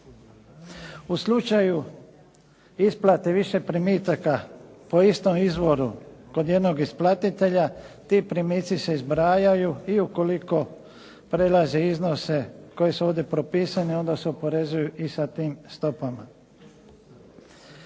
U slučaju isplate više primitaka po istom izvoru kod jednog isplatitelja ti primiti se zbrajaju i ukoliko prelaze iznose koji su ovdje propisani onda se oporezuju i sa tim stopama.